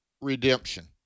redemption